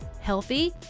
healthy